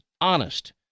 honest